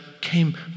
came